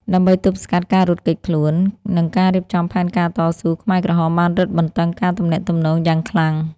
ដើម្បីទប់ស្កាត់ការរត់គេចខ្លួន និងការរៀបចំផែនការតស៊ូ ខ្មែរក្រហមបានរឹតបន្តឹងការទំនាក់ទំនងយ៉ាងខ្លាំង។